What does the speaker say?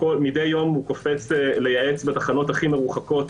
מדי יום הוא קופץ לייעץ בתחנות המשטרה הכי מרוחקות,